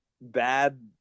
bad